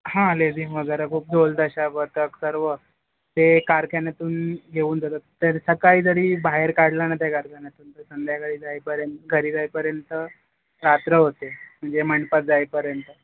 हां लेझीम वगैरे खूप ढोल ताशा पथक सर्व ते कारखान्यातून घेऊन जातात तर सकाळी जरी बाहेर काढलं ना त्या कारखान्यातून संध्याकाळी जाईपर्यंत घरी जाईपर्यंत रात्र होते म्हणजे मंडपात जाईपर्यंत